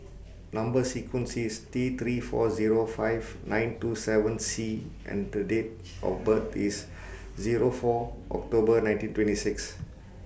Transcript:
Number sequence IS T three four Zero five nine two seven C and Date of birth IS Zero four October nineteen twenty six